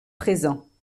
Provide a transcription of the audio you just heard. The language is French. présents